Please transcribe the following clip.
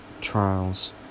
trials